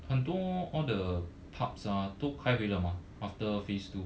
很多 all the pubs ah 都开回了吗 after phase two